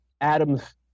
Adams